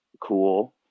cool